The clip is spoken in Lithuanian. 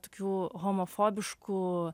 tokių homofobiškų